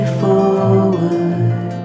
forward